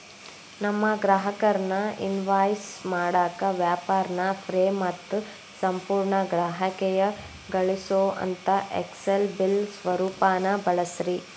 ನಿಮ್ಮ ಗ್ರಾಹಕರ್ನ ಇನ್ವಾಯ್ಸ್ ಮಾಡಾಕ ವ್ಯಾಪಾರ್ನ ಫ್ರೇ ಮತ್ತು ಸಂಪೂರ್ಣ ಗ್ರಾಹಕೇಯಗೊಳಿಸೊಅಂತಾ ಎಕ್ಸೆಲ್ ಬಿಲ್ ಸ್ವರೂಪಾನ ಬಳಸ್ರಿ